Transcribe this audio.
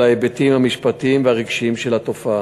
על ההיבטים המשפטיים והרגשיים של התופעה.